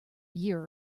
year